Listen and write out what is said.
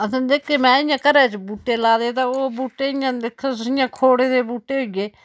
असें जेह्के में इ'यां घरै च बूह्टे लाए दे ते ओह् बूह्टे इ'यां दिक्खो तुस जियां खोड़े दे बूह्टे होई गे